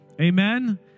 Amen